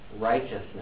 righteousness